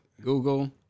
Google